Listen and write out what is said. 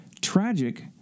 Tragic